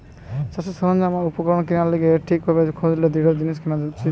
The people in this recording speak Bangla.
চাষের সরঞ্জাম আর উপকরণ কেনার লিগে ঠিক ভাবে খোঁজ নিয়ে দৃঢ় জিনিস কেনা উচিত